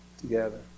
together